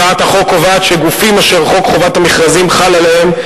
הצעת החוק קובעת שגופים אשר חוק חובת המכרזים חל עליהם,